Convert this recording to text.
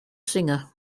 singer